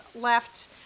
left